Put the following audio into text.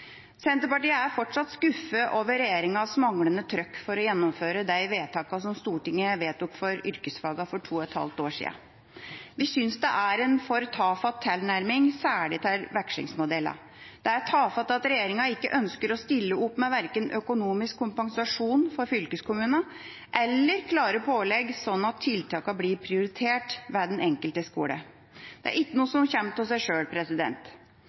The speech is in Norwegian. Senterpartiet er fortsatt skuffet over regjeringas manglende «trøkk» for å gjennomføre de vedtakene Stortinget fattet for yrkesfagene for to og et halvt år siden. Vi synes det er en for tafatt tilnærming, særlig til vekslingsmodellene. Det er tafatt at regjeringa ikke ønsker å stille opp med verken økonomisk kompensasjon til fylkeskommunene eller klare pålegg, slik at tiltakene blir prioritert ved den enkelte skole. «Det er itjnå som kjem tå sæ sjøl.»